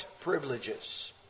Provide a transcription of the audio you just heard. privileges